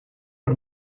per